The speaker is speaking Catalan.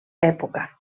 època